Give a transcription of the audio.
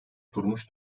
durmuş